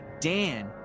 Dan